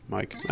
Mike